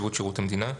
בנציבות שירות המדינה,